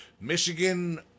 Michigan